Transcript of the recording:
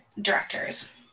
directors